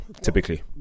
typically